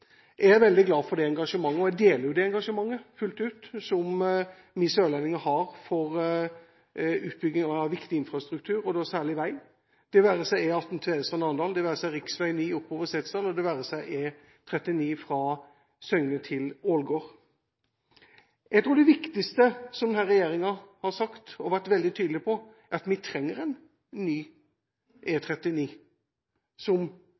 Jeg er veldig glad for det engasjementet. Jeg deler jo fullt ut det engasjementet vi sørlendinger har for utbygging av viktig infrastruktur – da særlig vei – det være seg E18 Tvedestrand–Arendal, rv. 9 oppover Setesdal og E39 Søgne–Ålgård. Jeg tror det viktigste denne regjeringen har sagt og vært veldig tydelig på, er at vi trenger en ny